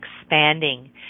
expanding